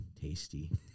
tasty